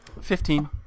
Fifteen